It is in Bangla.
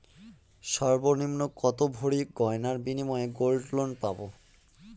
সর্বনিম্ন কত ভরি গয়নার বিনিময়ে গোল্ড লোন পাব?